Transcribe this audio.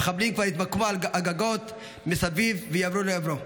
המחבלים כבר התמקמו על הגגות מסביב וירו לעברו.